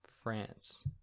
France